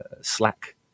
Slack